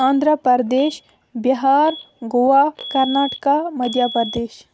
Andhra Pradesh Bihar Goa Karnataka Madhya Pradesh